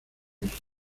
virgen